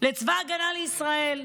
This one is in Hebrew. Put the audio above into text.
לצבא ההגנה לישראל.